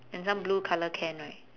and some blue colour can right